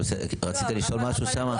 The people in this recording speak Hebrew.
אבל רצית לשאול משהו שם?